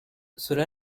cela